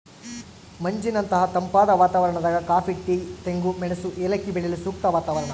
ಮಂಜಿನಂತಹ ತಂಪಾದ ವಾತಾವರಣದಾಗ ಕಾಫಿ ಟೀ ತೆಂಗು ಮೆಣಸು ಏಲಕ್ಕಿ ಬೆಳೆಯಲು ಸೂಕ್ತ ವಾತಾವರಣ